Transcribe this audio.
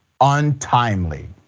untimely